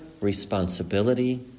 responsibility